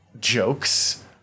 jokes